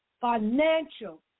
financial